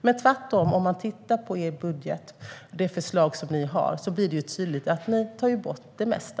Men i ert budgetförslag blir det tydligt att ni tvärtom tar bort det mesta.